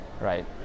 Right